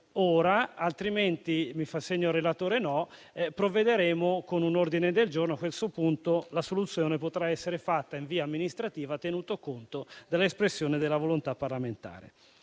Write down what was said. relatore mi fa segno di no. Provvederemo con un ordine del giorno e, a questo punto, la soluzione potrà essere operata in via amministrativa, tenuto conto dell'espressione della volontà parlamentare.